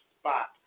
spot